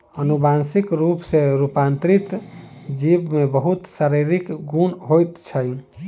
अनुवांशिक रूप सॅ रूपांतरित जीव में बहुत शारीरिक गुण होइत छै